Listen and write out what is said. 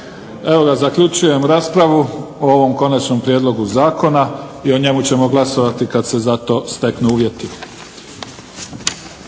Evo ga zaključujem raspravu o ovom konačnom prijedlogu zakona i o njemu ćemo glasovati kad se za to steknu uvjeti.